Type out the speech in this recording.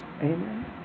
Amen